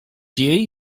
jej